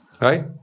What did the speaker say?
right